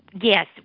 Yes